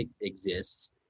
exists